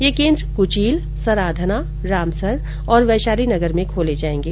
ये केंद्र कुचील सराधना रामसर और वैशाली नगर में खोले जाएंगे